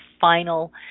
final